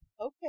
okay